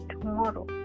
tomorrow